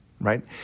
right